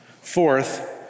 Fourth